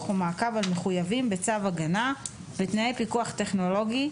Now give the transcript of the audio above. ומעקב על מחויבים בצו הגנה בתנאי פיקוח טכנולוגי,